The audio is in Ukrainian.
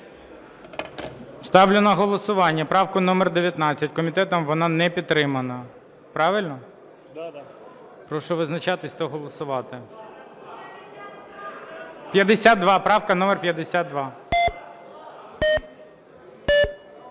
Ставлю на голосування правку номер 19. Комітетом вона не підтримана. Правильно? Прошу визначатись та голосувати. Правка номер 52.